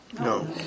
No